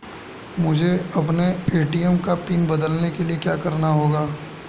मुझे अपने ए.टी.एम का पिन बदलने के लिए क्या करना होगा?